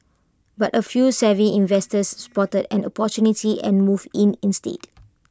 but A few savvy investors spotted an opportunity and moved in instead